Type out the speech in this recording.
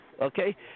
okay